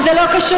וזה לא קשור,